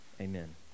Amen